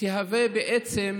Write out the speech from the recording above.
בעצם